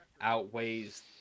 outweighs